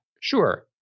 Sure